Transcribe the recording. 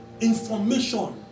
information